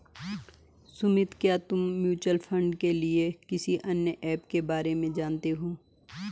सुमित, क्या तुम mutual fund के लिए किसी अन्य ऐप के बारे में जानते हो?